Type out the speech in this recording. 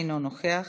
אינו נוכח.